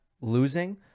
losing